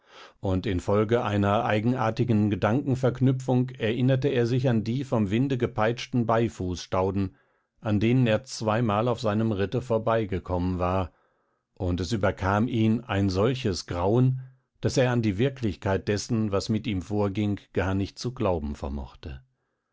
und infolge einer eigenartigen gedankenverknüpfung erinnerte er sich an die vom winde gepeitschten beifußstauden an denen er zweimal auf seinem ritte vorbeigekommen war und es überkam ihn ein solches grauen daß er an die wirklichkeit dessen was mit ihm vorging gar nicht zu glauben vermochte